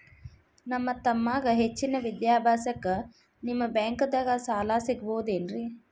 ನನ್ನ ತಮ್ಮಗ ಹೆಚ್ಚಿನ ವಿದ್ಯಾಭ್ಯಾಸಕ್ಕ ನಿಮ್ಮ ಬ್ಯಾಂಕ್ ದಾಗ ಸಾಲ ಸಿಗಬಹುದೇನ್ರಿ?